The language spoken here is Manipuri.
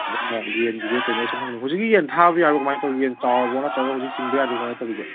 ꯑꯗꯨꯅ ꯌꯦꯟꯒꯤꯁꯦ ꯀꯩꯅꯣ ꯁꯨꯝ ꯍꯧꯖꯤꯛꯀꯤ ꯌꯦꯟ ꯊꯥꯕ ꯌꯥꯔꯕꯣ ꯀꯃꯥꯏꯅ ꯇꯧꯔꯤꯒꯦ ꯌꯦꯟ ꯆꯥꯎꯔꯕꯣ ꯅꯠꯇ꯭ꯔꯒ ꯍꯧꯖꯤꯛ ꯆꯤꯡꯕ ꯌꯥꯗ꯭ꯔꯤꯕꯣ ꯀꯃꯥꯏꯅ ꯇꯧꯔꯤꯒꯦ